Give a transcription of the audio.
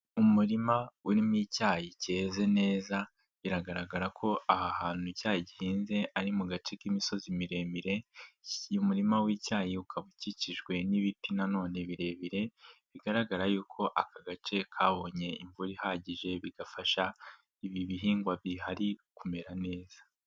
Umurima urimo icyayi cyeze neza, biragaragara ko aha hantu icyayi gihehinze ari mu gace k'imisozi miremire, umurima w'icyayi ukaba ukikijwe n'ibiti nanone birebire, bigaragara yuko aka gace kabonye imvura ihagije bigafasha ibi bihingwa bihari kumera neza.